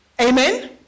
Amen